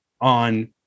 on